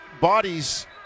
bodies